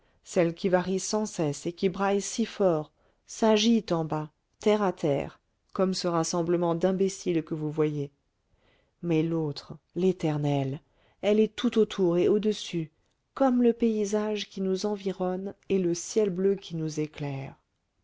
celle qui varie sans cesse et qui braille si fort s'agite en bas terre à terre comme ce rassemblement d'imbéciles que vous voyez mais l'autre l'éternelle elle est tout autour et au-dessus comme le paysage qui nous environne et le ciel bleu qui nous éclaire